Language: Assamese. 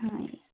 হয়